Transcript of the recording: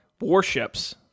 warships